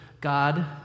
God